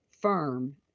firm